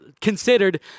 considered